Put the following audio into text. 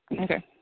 Okay